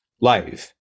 life